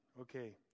okay